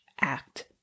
act